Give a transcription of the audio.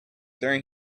during